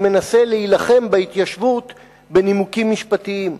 שמנסה להילחם בהתיישבות בנימוקים משפטיים.